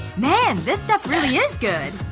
man, this stuff's really is good.